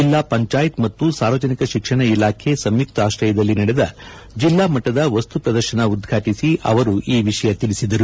ಜೆಲ್ಲಾ ಪಂಚಾಯತ್ ಮತ್ತು ಸಾರ್ವಜನಿಕ ಶಿಕ್ಷಣ ಇಲಾಖೆ ಸಂಯುಕ್ತ ಆಶ್ರಯದಲ್ಲಿ ನಡೆದ ಜಿಲ್ಲಾಮಟ್ಟದ ವಸ್ತುಪ್ರದರ್ಶನ ಉದ್ವಾಟಿಸಿ ಅವರು ಈ ವಿಷಯ ತಿಳಿಸಿದರು